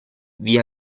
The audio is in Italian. via